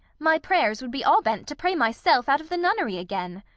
my prayers would be all bent to pray my self out of the nunnery again.